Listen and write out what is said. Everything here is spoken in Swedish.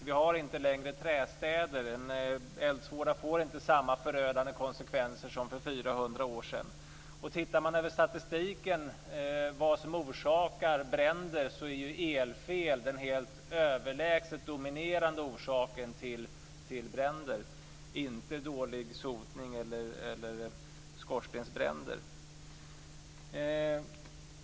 Vi har inte längre trästäder. En eldsvåda får inte samma förödande konsekvenser som för 400 år sedan. Tittar man på statistiken över vad som orsakar bränder är elfel helt överlägset den dominerande orsaken till bränder inte dålig sotning eller skorstensbränder.